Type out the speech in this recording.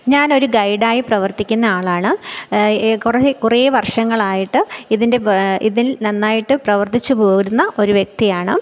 ഞാനൊരു ഗൈഡായി പ്രവര്ത്തിക്കുന്ന ആളാണ് എ കുറേ കുറേ വര്ഷങ്ങളായിട്ട് ഇതിൻ്റെ ഇതില് നന്നായിട്ട് പ്രവര്ത്തിച്ചു പോരുന്ന ഒരു വ്യക്തിയാണ്